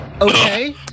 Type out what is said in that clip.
okay